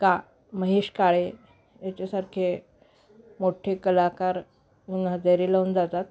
का महेश काळे याच्यासारखे मोठे कलाकार हजेरी लावून जातात